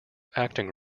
acting